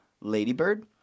Ladybird